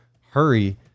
hurry